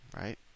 right